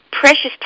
precious